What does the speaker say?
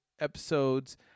episodes